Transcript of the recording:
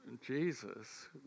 Jesus